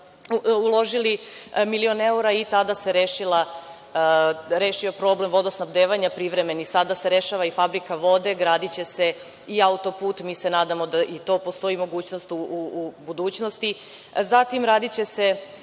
uložili milion evra i tada se rešio problem vodosnabdevanja, privremeni. Sada se rešava i fabrika vode. Gradiće se i auto-put, mi se nadamo da i za to postoji mogućnost u budućnosti. Zatim će se